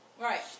Right